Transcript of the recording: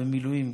במילואים,